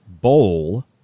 bowl